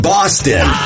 Boston